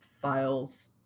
files